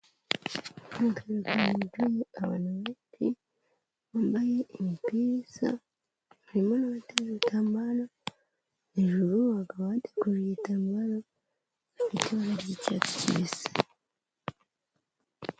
Kandire zaye abantu ba bambaye imipiza harimorote rutamara hejuru baka abandikubiyitakomeye ry'icyatsi kibisi.